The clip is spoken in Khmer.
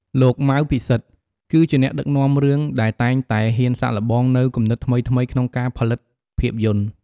លោក ម៉ៅ ពិសិដ្ឋ គឺជាអ្នកដឹកនាំរឿងដែលតែងតែហ៊ានសាកល្បងនូវគំនិតថ្មីៗក្នុងការផលិតភាពយន្ត។